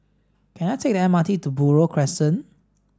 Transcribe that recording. can I take the M R T to Buroh Crescent